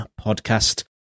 podcast